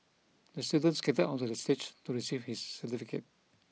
the student skated onto the stage to receive his certificate